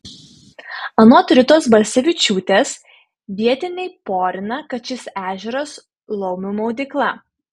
anot ritos balsevičiūtės vietiniai porina kad šis ežeras laumių maudykla